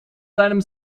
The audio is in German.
seinem